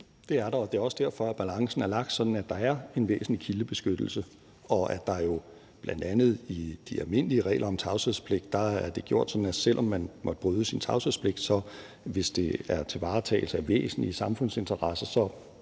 det kan der. Det er også derfor, at balancen går ved, at der er en væsentlig kildebeskyttelse, og at det jo bl.a. i de almindelige regler om tavshedspligt er gjort sådan, at selv om man måtte bryde sin tavshedspligt, kan man, hvis det er til varetagelse af væsentlige samfundsinteresser –